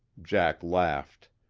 jack laughed.